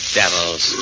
devils